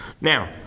now